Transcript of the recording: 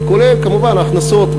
כולל כמובן ההכנסות,